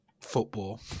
football